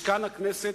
משכן הכנסת,